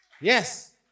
Yes